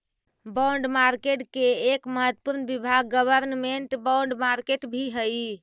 bond market के एक महत्वपूर्ण विभाग गवर्नमेंट बॉन्ड मार्केट भी हइ